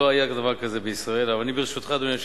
נפל דבר בישראל, שלא היה עד היום.